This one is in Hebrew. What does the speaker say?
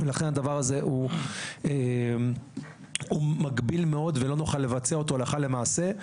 לכן הדבר הזה הוא מגביל מאוד ולא נוכל לבצע אותו הלכה למעשה,